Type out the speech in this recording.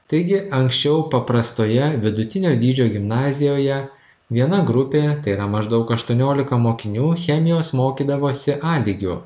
taigi anksčiau paprastoje vidutinio dydžio gimnazijoje viena grupė tai yra maždaug aštuoniolika mokinių chemijos mokydavosi a lygiu